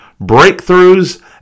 breakthroughs